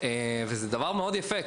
וזה דבר מאוד יפה.